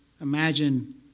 imagine